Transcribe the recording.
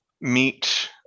meet